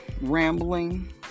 rambling